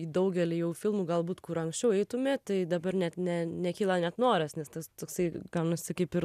į daugelį jau filmų galbūt kur anksčiau eitumėt tai dabar net ne nekyla net noras nes tas toksai gaunasi kaip ir